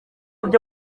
bya